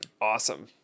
Awesome